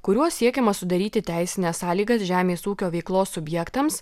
kuriuo siekiama sudaryti teisines sąlygas žemės ūkio veiklos subjektams